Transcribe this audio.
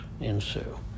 ensue